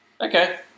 Okay